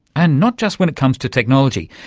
and not just when it comes to technology,